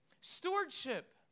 Stewardship